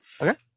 Okay